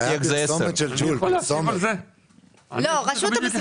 איך זה 10, למרות שמעולם לא עישנתי.